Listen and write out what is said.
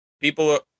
people